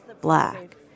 black